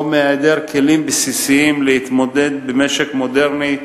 מהיעדר כלים בסיסיים להתמודד במשק מודרני,